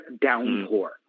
downpour